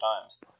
times